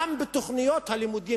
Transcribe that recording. גם בתוכניות הלימודים,